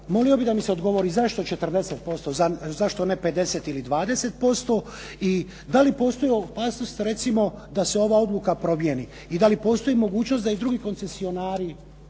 molio bih da mi se odgovori zašto 40%, zašto ne 50 ili 20%. I da li postoji opasnost, recimo, da se ova odluka promijeni i da li postoji mogućnost da i drugi koncesionari